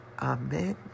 amen